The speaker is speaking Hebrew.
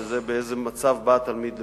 וזה באיזה מצב בא התלמיד לבית-הספר.